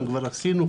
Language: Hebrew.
כבר עשינו,